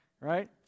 right